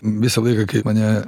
visą laiką kaip mane